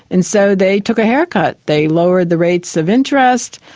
and so they took a haircut. they lowered the rates of interest,